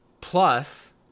plus